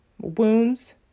wounds